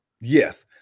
Yes